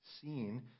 seen